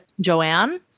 Joanne